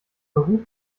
beruf